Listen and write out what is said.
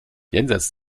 jenseits